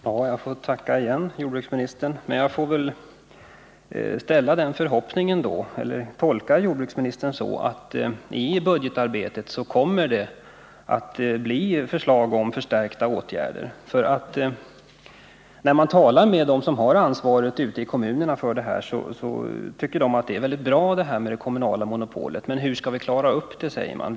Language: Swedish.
Herr talman! Jag tackar jordbruksministern igen. Jag tolkar jordbruksministerns yttrande så att det under budgetarbetet kommer att framläggas förslag om förstärkta åtgärder. När man talar med dem som har ansvaret ute i kommunerna framgår att de tycker att det är bra med ett kommunalt monopol. Men hur skall vi klara upp det? säger man.